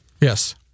Yes